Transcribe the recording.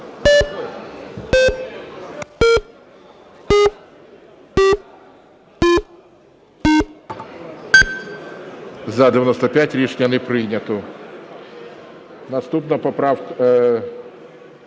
За-95 Рішення не прийнято. Наступна поправка.